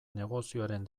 negozioaren